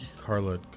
Carla